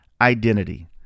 identity